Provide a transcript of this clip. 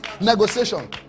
negotiation